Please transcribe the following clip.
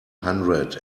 hundred